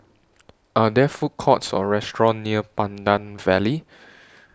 Are There Food Courts Or restaurants near Pandan Valley